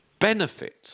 benefits